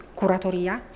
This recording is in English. curatoria